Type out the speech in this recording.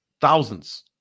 thousands